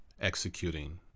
Executing